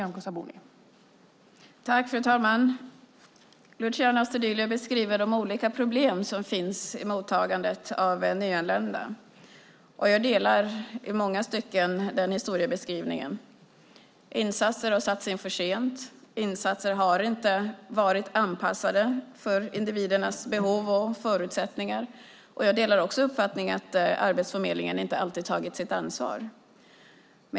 Fru talman! Luciano Astudillo beskriver de olika problem som finns i mottagandet av nyanlända, och jag delar i många stycken denna historiebeskrivning. Insatser har satts in för sent, och insatser har inte varit anpassade till individernas behov och förutsättningar. Jag delar också uppfattningen att Arbetsförmedlingen inte alltid har tagit sitt ansvar.